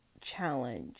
challenge